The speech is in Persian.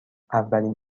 اولین